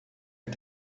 und